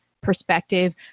perspective